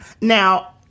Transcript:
Now